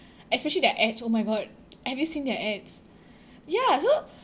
especially their ads oh my god have you seen their ads ya so